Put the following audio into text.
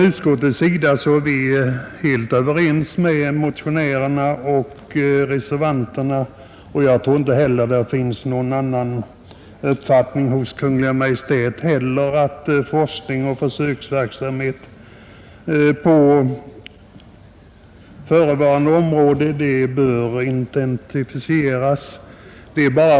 Utskottsmajoriteten är helt överens med motionärerna och reservanterna om det angelägna i att en sådan forskning bedrivs, och jag tror inte att det finns någon annan uppfattning hos Kungl. Maj:t heller än att forskning och försöksverksamhet på förevarande område bör intensifieras.